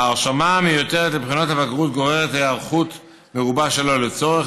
ההרשמה המיותרת לבחינות הבגרות גוררת היערכות מרובה שלא לצורך,